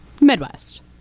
Midwest